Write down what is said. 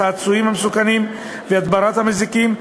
הצעצועים המסוכנים והדברת מזיקים,